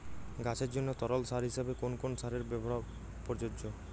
গাছের জন্য তরল সার হিসেবে কোন কোন সারের ব্যাবহার প্রযোজ্য?